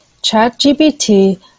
ChatGPT